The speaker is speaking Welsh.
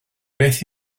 beth